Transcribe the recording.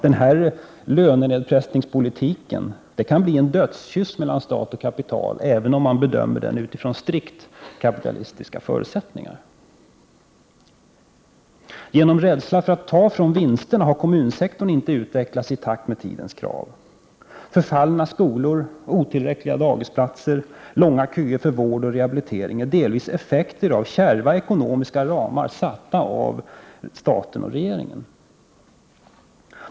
Denna lönenedpressningspolitik kan bli en dödskyss mellan stat och kapital, även om man bedömer det hela efter strikt kapitalistiska förutsättningar. På grund av rädsla för att ta från vinsterna har kommunsektorn inte utvecklats i takt med tidens krav. Förfallna skolor, otillräckliga dagisplatser, långa köer för vård och rehabilitering är delvis effekter av kärva ekonomiska ramar, satta av staten och regeringen.